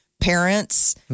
parents